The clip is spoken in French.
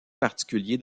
particuliers